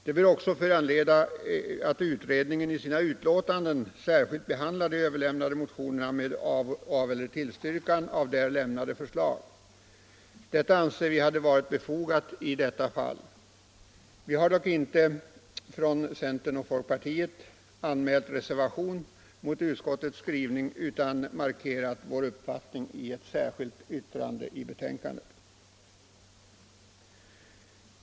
Det bör också föranleda att utredningen i sina betänkanden särskilt behandlar de överlämnade motionerna med aveller tillstyrkan av där lämnade förslag. Detta anser vi hade varit befogat i det här fallet. Vi har dock inte från centern och folkpartiet anmält reservation mot utskottets skrivning utan markerat vår uppfattning i ett särskilt yttrande.